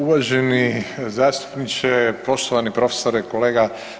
Uvaženi zastupniče, poštovani profesore, kolega.